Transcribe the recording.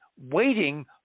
waiting